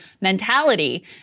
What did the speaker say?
mentality